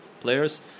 players